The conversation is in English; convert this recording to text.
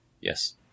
Yes